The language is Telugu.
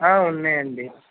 ఉన్నాయండి